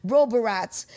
Roborats